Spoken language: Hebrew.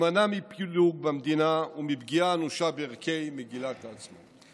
להימנע מפילוג במדינה ומפגיעה אנושה בערכי מגילת העצמאות.